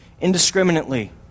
indiscriminately